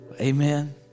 Amen